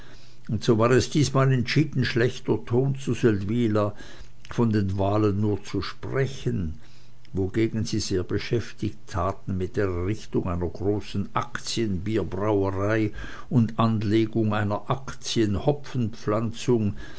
und so war es diesmal entschieden schlechter ton zu seldwyla von den wahlen nur zu sprechen wogegen sie sehr beschäftigt taten mit errichtung einer großen aktienbierbrauerei und anlegung einer